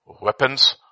weapons